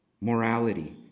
morality